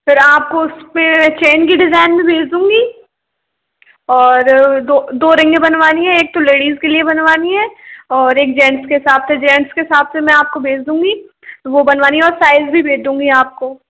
फिर आपको उस पे चैन की डिजाइन में भेज दूँगी और दो दो रिंग बनवानी है एक तो लेडीज के लिए बनवानी है और एक जेंट्स के हिसाब से जेंट्स के हिसाब से मैं आपको भेज दूँगी वो बनवानी है और साइज भी भेज दूँगी आपको